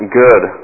good